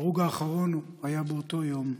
ההרוג האחרון היה באותו יום: